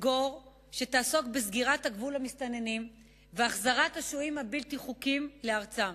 שתעסוק בסגירת הגבול למסתננים והחזרת השוהים הבלתי חוקיים לארצם,